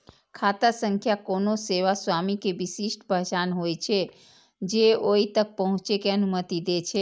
खाता संख्या कोनो सेवा स्वामी के विशिष्ट पहचान होइ छै, जे ओइ तक पहुंचै के अनुमति दै छै